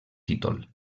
títol